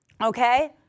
Okay